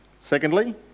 Secondly